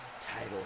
title